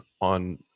on